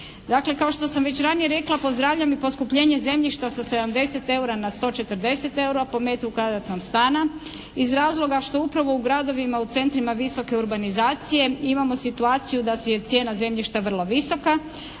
Dakle, kao što sam već ranije rekla pozdravljam i poskupljenje zemljišta sa 70 eura na 140 eura po metru kvadratnom stana iz razloga što upravo u gradovima u centrima visoke urbanizacije imamo situaciju da je cijena zemljišta vrlo visoka,